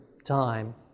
time